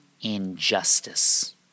injustice